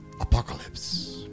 Apocalypse